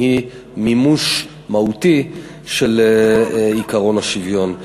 היא מימוש מהותי של עקרון השוויון.